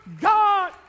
God